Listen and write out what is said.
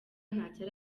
ntacyo